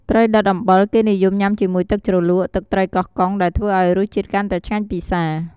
ត្រីដុតអំបិល គេនិយមញ៉ាំជាមួយទឹកជ្រលក់ទឹកត្រីកោះកុង ដែលធ្វើឱ្យរសជាតិកាន់តែឆ្ងាញ់ពិសា។